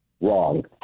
wrong